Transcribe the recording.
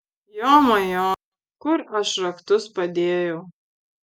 jomajo kur aš raktus padėjau